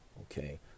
Okay